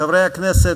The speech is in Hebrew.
חברי הכנסת,